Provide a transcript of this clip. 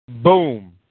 Boom